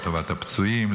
לטובת הפצועים,